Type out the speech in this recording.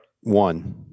One